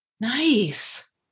Nice